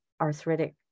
arthritic